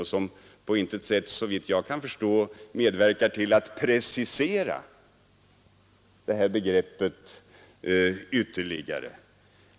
Såvitt jag kan förstå medverkar den inte på något sätt till att precisera begreppet ytterligare.